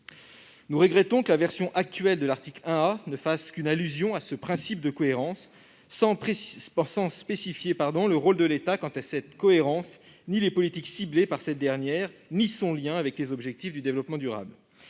Nous regrettons que la version actuelle de l'article 1 A ne fasse qu'une allusion à ce principe de cohérence, sans spécifier ni le rôle de l'État quant à cette cohérence, ni les politiques ciblées par cette dernière, ni son lien avec les objectifs du développement durable.